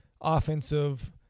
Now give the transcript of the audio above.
offensive